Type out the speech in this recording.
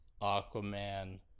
Aquaman